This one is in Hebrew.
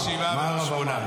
למה מדליקים שבעה ולא שמונה.